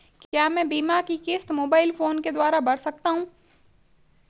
क्या मैं बीमा की किश्त मोबाइल फोन के द्वारा भर सकता हूं?